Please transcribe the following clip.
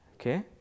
Okay